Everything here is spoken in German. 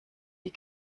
die